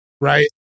right